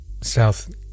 South